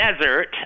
desert